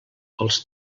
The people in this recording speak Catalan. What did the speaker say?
els